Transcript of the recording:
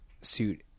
suit